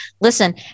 listen